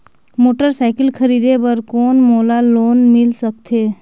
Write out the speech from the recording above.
Motorcycle खरीदे बर कौन मोला लोन मिल सकथे?